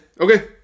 okay